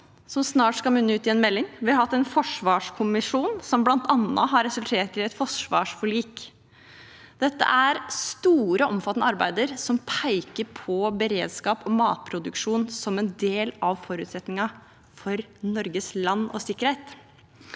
som snart skal munne ut i en melding. Vi har hatt en forsvarskommisjon, som bl.a. har resultert i et forsvarsforlik. Dette er store, omfattende arbeider som peker på beredskap og matproduksjon som en del av forutsetningen for Norges land og sikkerhet.